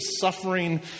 suffering